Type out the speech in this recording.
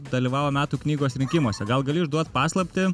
dalyvavo metų knygos rinkimuose gal gali išduot paslaptį